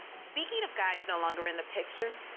speaking of guys no longer in the picture,